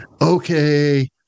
okay